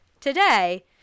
Today